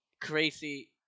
crazy